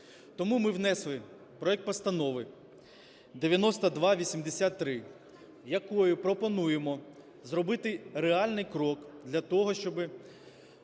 Тому ми внесли проект Постанови 9283, якою пропонуємо зробити реальний крок для того, щоб